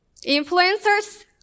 influencers